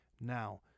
Now